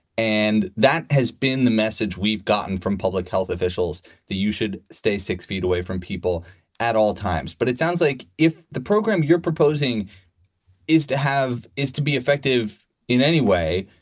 and that has been the message we've gotten from public health officials that you should stay six feet away from people at all times. but it sounds like if the program you're proposing is to have is to be effective in any way,